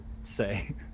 say